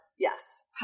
Yes